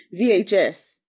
vhs